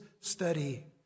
study